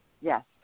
Yes